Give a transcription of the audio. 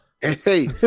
Hey